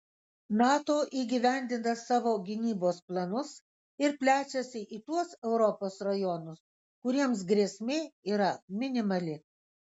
nato įgyvendina savo gynybos planus ir plečiasi į tuos europos rajonus kuriems grėsmė yra minimali